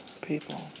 people